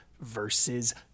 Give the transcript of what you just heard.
versus